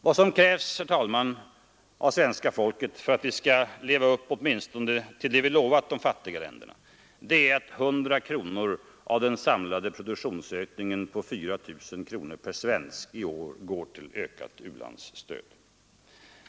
Vad som krävs, herr talman, av det svenska folket för att vi skall leva upp till det vi åtminstone lovat de fattiga länderna är att 100 kronor av den samlade produktionsökningen på 4 000 kronor per svensk i år går till ökat u-landsstöd.